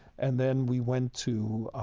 and then we went to